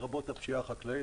לרבות הפשיעה החקלאית.